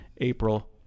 April